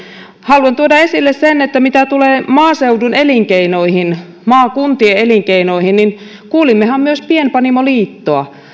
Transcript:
haluan tuoda esille sen että mitä tulee maaseudun elinkeinoihin maakuntien elinkeinoihin niin kuulimmehan myös pienpanimoliittoa